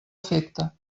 efecte